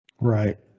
right